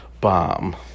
bomb